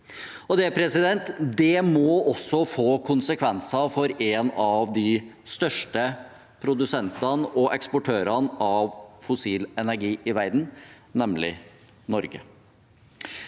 energi. Det må også få konsekvenser for en av de største produsentene og eksportørene av fossil energi i verden, nemlig Norge.